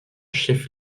chef